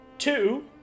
Two